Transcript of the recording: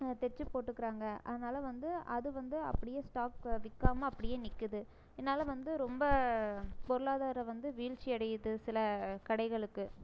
தெச்சு போட்டுக்கிறாங்க அதனால் வந்து அது வந்து அப்படியே ஸ்டாக்கு விற்காம அப்படியே நிற்குது இதனால் வந்து ரொம்ப பொருளாதாரம் வந்து வீழ்ச்சியடையுது சில கடைகளுக்கு